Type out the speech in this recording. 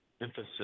emphasis